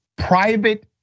private